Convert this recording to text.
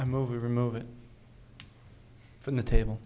i move remove it from the table